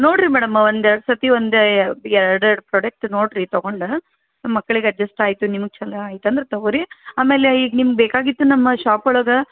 ನೋಡಿರಿ ಮೇಡಮ್ ಒಂದು ಎರಡು ಸರ್ತಿ ಒಂದು ಎರಡು ಎರಡು ಪ್ರೊಡೆಕ್ಟ್ ನೋಡಿರಿ ತೊಗೊಂಡು ಮಕ್ಳಿಗೆ ಅಡ್ಜೆಸ್ಟಾಯಿತು ನಿಮಗೆ ಚೊಲೋ ಆಯ್ತು ಅಂದ್ರೆ ತೊಗೊಳಿ ಆಮೇಲೆ ಈಗ ನಿಮ್ಗೆ ಬೇಕಾಗಿದ್ದು ನಮ್ಮ ಶಾಪ್ ಒಳಗೆ